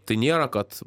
tai nėra kad